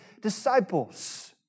disciples